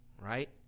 right